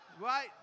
Right